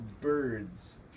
birds